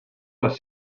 les